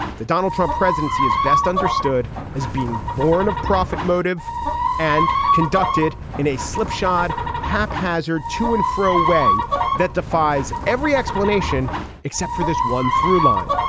the donald trump presidency is best understood as being born of profit motive and conducted in a slipshod haphazard. to and fro way that defies every explanation except for this one through line.